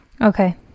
Okay